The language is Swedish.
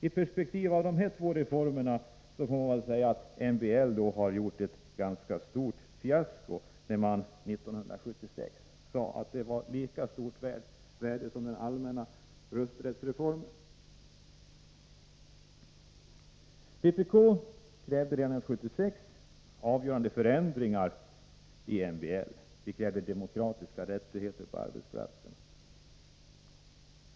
I perspektivet av dessa två reformer får man väl säga att MBL har gjort ett ganska stort fiasko i förhållande till att man 1976 sade att detta var av lika stort värde som den allmänna rösträttsreformen. Vpk krävde redan 1976 avgörande förändringar i MBL. Vi krävde demokratiska rättigheter på arbetsplatserna.